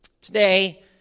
Today